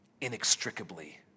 inextricably